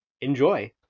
Enjoy